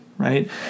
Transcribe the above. Right